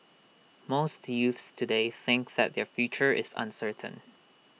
most youths today think that their future is uncertain